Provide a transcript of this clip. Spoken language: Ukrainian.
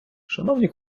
шановні